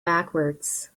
backwards